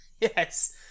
Yes